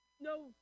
No